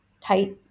tight